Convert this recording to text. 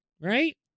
Right